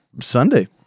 Sunday